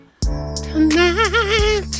Tonight